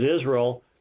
Israel